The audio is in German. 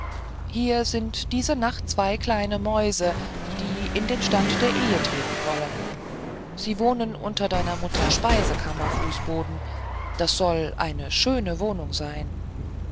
hier sind diese nacht zwei kleine mäuse die in den stand der ehe treten wollen sie wohnen unter deiner mutter speisekammerfußboden das soll eine schöne wohnung sein